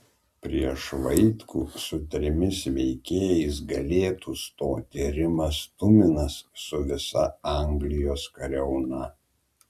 prieš vaitkų su trimis veikėjais galėtų stoti rimas tuminas su visa anglijos kariauna